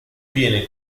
viene